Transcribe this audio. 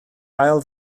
ail